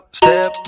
step